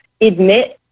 admit